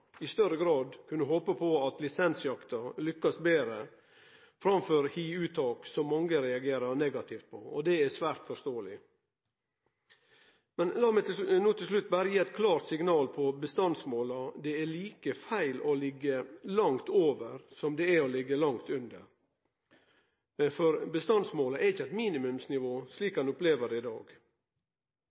kunne håpe på at lisensjakta lykkast betre, framfor hiuttak, som mange reagerer negativt på. Det er svært forståeleg. Lat meg no til slutt berre gi eit klart signal når det gjeld bestandsmåla. Det er like feil å liggje langt over som det er å liggje langt under. Bestandsmålet er ikkje eit minimumsnivå, slik ein opplever forvaltinga i dag.